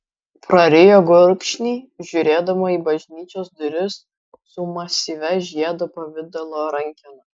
prarijo gurkšnį žiūrėdama į bažnyčios duris su masyvia žiedo pavidalo rankena